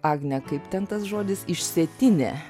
agne kaip ten tas žodis išsėtinė